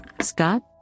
Scott